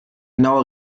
genaue